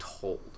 told